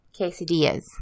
quesadillas